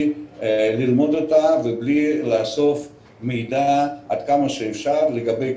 ללמוד אותה ובלי לאסוף מידע עד כמה שאפשר לגבי,